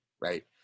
right